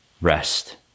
rest